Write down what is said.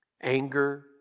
anger